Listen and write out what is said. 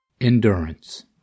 Endurance